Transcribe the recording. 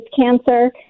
cancer